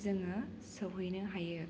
जोङो सौहैनो हायो